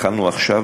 התחלנו עכשיו,